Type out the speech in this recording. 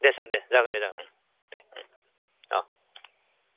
दे सार दे जागोन दे जागोन दे औ